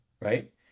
Right